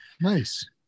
Nice